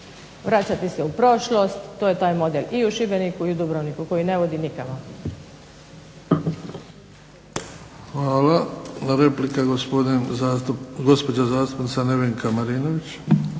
Hvala. Replika, gospođa zastupnica Nevenka Marinović.